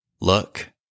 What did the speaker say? Look